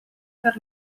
per